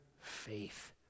faith